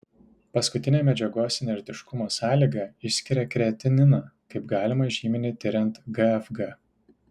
paskutinė medžiagos inertiškumo sąlyga išskiria kreatininą kaip galimą žymenį tiriant gfg